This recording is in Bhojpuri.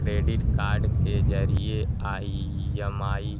क्रेडिट कार्ड के जरिये ई.एम.आई